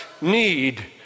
need